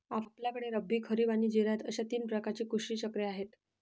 आपल्याकडे रब्बी, खरीब आणि जिरायत अशी तीन प्रकारची कृषी चक्रे आहेत